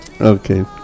okay